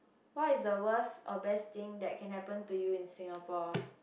what is the worst or best thing that can happen to you in Singapore